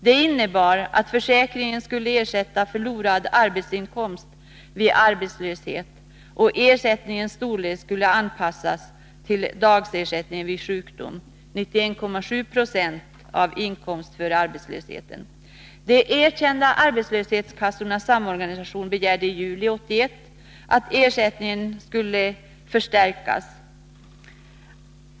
Det innebar att försäkringen skulle ersätta förlorad arbetsinkomst vid arbetslöshet, och att ersättningens storlek skulle anpassas till dagersättning vid sjukdom, 91,7 90 av inkomsten före arbetslösheten. De erkända arbetslöshetskassornas samorganisation begärde i juli 1981 att ersättningen vid arbetslöshet skulle förstärkas.